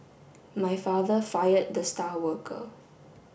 my father fired the star worker